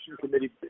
committee